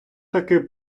таки